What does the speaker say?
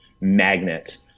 magnet